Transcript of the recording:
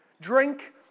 Drink